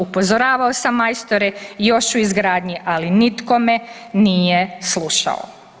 Upozoravao sam majstore još u izgradnji, ali nitko me nije slušao.